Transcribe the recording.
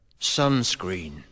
sunscreen